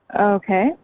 Okay